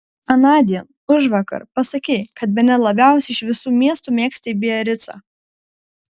anądien užvakar pasakei kad bene labiausiai iš visų miestų mėgsti biaricą